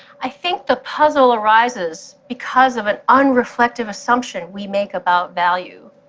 i think the puzzle arises because of an unreflective assumption we make about value.